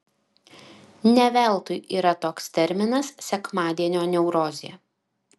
ne veltui yra toks terminas sekmadienio neurozė